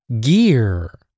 Gear